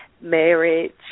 marriage